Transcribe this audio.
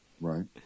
right